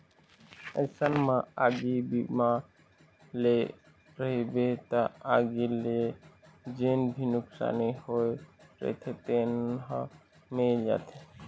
अइसन म आगी बीमा ले रहिबे त आगी ले जेन भी नुकसानी होय रहिथे तेन ह मिल जाथे